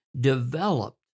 developed